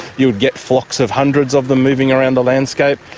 you would get flocks of hundreds of them moving around the landscape.